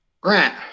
Grant